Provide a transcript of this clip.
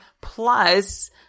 plus